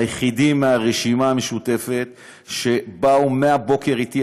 היחידים מהרשימה המשותפת שבאו מהבוקר אתי.